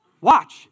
Watch